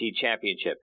Championship